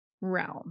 realm